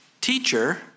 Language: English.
Teacher